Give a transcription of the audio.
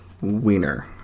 Wiener